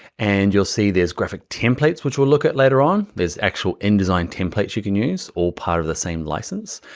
and you'll see there's graphic templates, which will look at later on. there's actual indesign templates you can use, all part of the same licence.